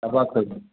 सभासद